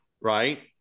Right